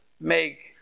make